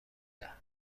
دهد